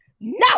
no